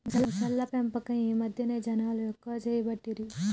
మొసళ్ల పెంపకం ఈ మధ్యన జనాలు ఎక్కువ చేయబట్టిరి